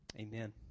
Amen